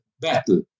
battle